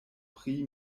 pri